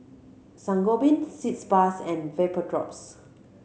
Sangobion Sitz Bath and Vapodrops